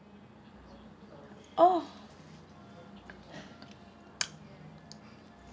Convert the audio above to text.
oh